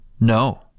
No